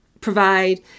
provide